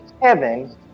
heaven